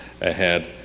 ahead